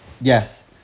Yes